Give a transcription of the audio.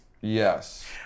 Yes